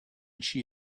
she